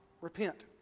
Repent